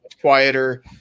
quieter